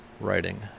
writing